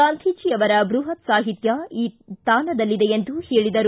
ಗಾಂಧೀಜಿ ಅವರ ಬೃಹತ್ ಸಾಹಿತ್ಯ ಈ ತಾಣದಲ್ಲಿದೆ ಎಂದರು